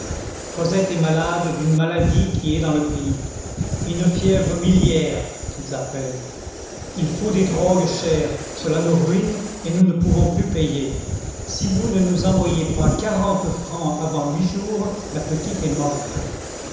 cosette est malade d'une maladie qui est dans le pays une fièvre miliaire qu'ils appellent il faut des drogues chères cela nous ruine et nous ne pouvons plus payer si vous ne nous envoyez pas quarante francs avant huit jours la petite est morte